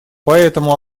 поэтому